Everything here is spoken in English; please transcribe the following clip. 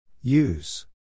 Use